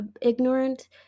ignorant